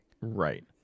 Right